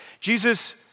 Jesus